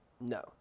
No